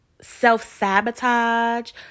self-sabotage